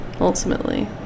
Ultimately